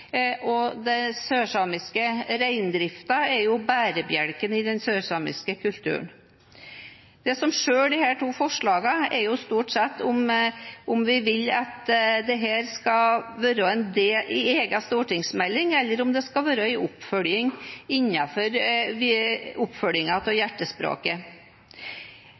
områdene. Den sørsamiske reindriften er bærebjelken i den sørsamiske kulturen. Det som skiller disse to forslagene, er stort sett om vi vil at dette skal være en egen stortingsmelding, eller om det skal være en oppfølging innenfor oppfølgingen av Hjertespråket.